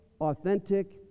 authentic